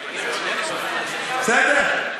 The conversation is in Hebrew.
בסדר?